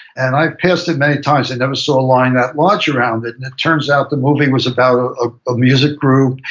and i've passed it many times and never saw a line that large around it, and it turns out the movie was about ah a music group,